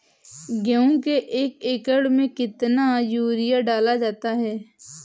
गेहूँ के एक एकड़ में कितना यूरिया डाला जाता है?